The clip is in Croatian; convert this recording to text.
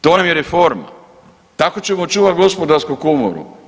To nam je reforma, tako ćemo očuvati Gospodarsku komoru?